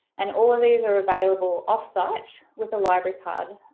and all of these are available off-site, with a library card,